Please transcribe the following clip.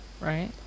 Right